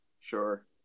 Sure